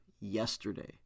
yesterday